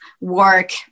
work